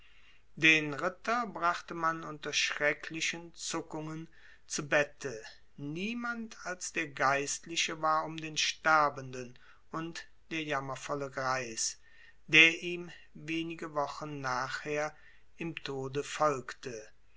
den ritter brachte man unter schrecklichen zuckungen zu bette niemand als der geistliche war um den sterbenden und der jammervolle greis der ihm wenige wochen nachher im tode folgte